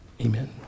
amen